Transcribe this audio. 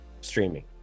streaming